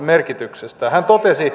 hän totesi